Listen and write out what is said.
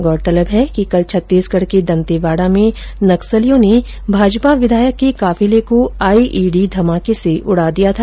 गौरतलब है कि कल छत्तीसगढ के दंतेवाडा में नक्सलियों ने भाजपा विधायक के काफिले को आईईडी धमाके से उडा दिया था